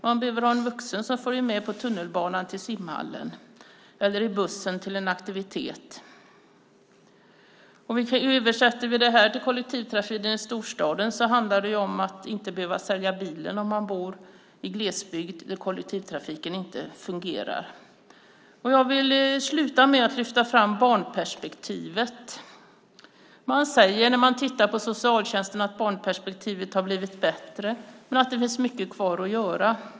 De behöver ha en vuxen med sig på tunnelbanan till simhallen eller på bussen till någon annan aktivitet. Detta gäller i städerna där det finns kollektivtrafik. I glesbygden handlar det om att inte behöva sälja bilen, för där fungerar inte kollektivtrafiken. Jag vill slutligen lyfta fram barnperspektivet. När man ser på socialtjänsten säger man att barnperspektivet har blivit bättre men att det finns mycket kvar att göra.